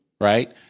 Right